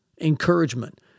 encouragement